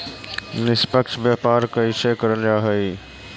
निष्पक्ष व्यापार कइसे करल जा हई